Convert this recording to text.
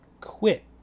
quit